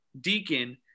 Deacon